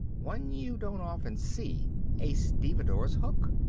one you don't often see, a stevedore's hook.